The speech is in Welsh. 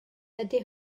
ydy